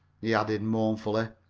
he added mournfully.